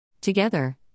Together